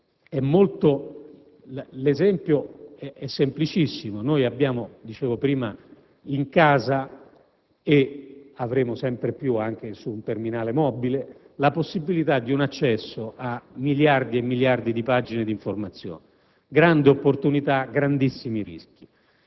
l'esempio è semplicissimo; come ho detto prima, abbiamo in casa, e avremo sempre più anche su un terminale mobile, la possibilità di accesso a miliardi e miliardi di pagine di informazione: grande opportunità, grandissimi rischi.